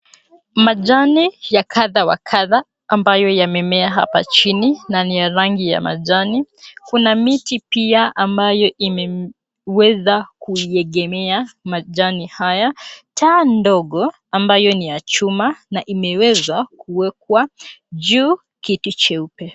Majani ya kadha wa kadha ambayo yamemea hapa chini na ni ya rangi ya majani. Kuna miti pia ambayo imeweza kuiegemea majani haya. Taa ndogo ambayo ni ya chuma na imeweza kuwekwa juu kitu cheupe.